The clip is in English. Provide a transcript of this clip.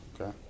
Okay